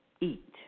eat